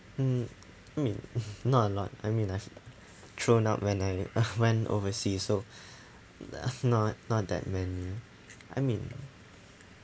mm I mean not a lot I mean I've thrown out when I went overseas so not not that many I mean